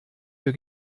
für